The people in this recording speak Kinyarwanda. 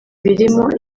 birimo